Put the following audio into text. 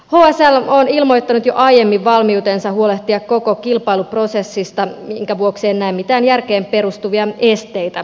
hsl on ilmoittanut jo aiemmin valmiutensa huolehtia koko kilpailuprosessista minkä vuoksi en näe mitään järkeen perustuvia esteitä kilpailutukselle